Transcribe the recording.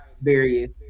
various